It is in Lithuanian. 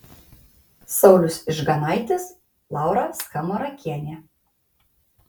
saulius ižganaitis laura skamarakienė